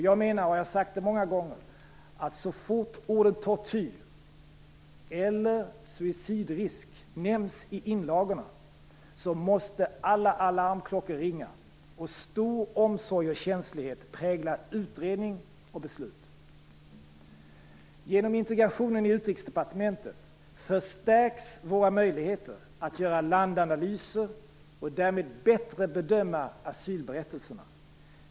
Jag menar, vilket jag många gånger har sagt, att så fort orden tortyr eller suicidrisk nämns i inlagorna måste alla alarmklockor ringa och stor omsorg och känslighet prägla utredning och beslut. Genom integrationen i Utrikesdepartementet förstärks våra möjligheter att göra landanalyser och därmed bättre bedöma asylberättelserna.